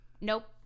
nope